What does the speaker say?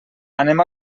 anem